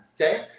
okay